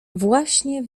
właśnie